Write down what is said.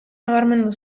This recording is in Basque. nabarmendu